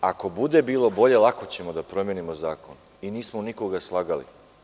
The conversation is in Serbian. Ako bude bilo bolje, lako ćemo da promenimo zakon i nismo nikoga slagali.